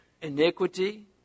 iniquity